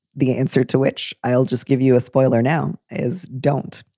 the answer to which i'll just give you a spoiler now is don't